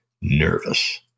nervous